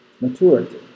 maturity